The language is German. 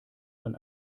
man